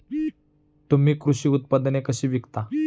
तुम्ही कृषी उत्पादने कशी विकता?